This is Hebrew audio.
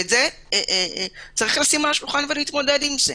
יש לשים את זה על השולחן ולהתמודד עם זה.